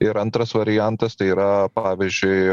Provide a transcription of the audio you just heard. ir antras variantas tai yra pavyzdžiui